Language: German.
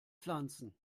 pflanzen